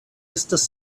estas